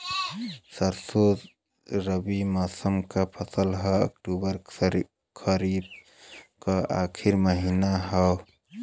सरसो रबी मौसम क फसल हव अक्टूबर खरीफ क आखिर महीना हव